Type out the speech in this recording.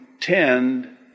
tend